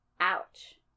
ouch